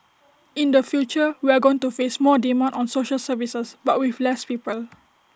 in the future we are going to face more demand on social services but with less people